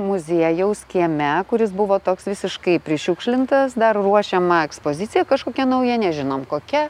muziejaus kieme kuris buvo toks visiškai prišiukšlintas dar ruošiama ekspozicija kažkokia nauja nežinom kokia